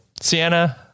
Sienna